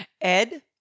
Ed